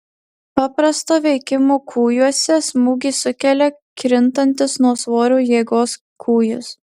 paprasto veikimo kūjuose smūgį sukelia krintantis nuo svorio jėgos kūjis